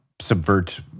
subvert